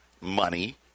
money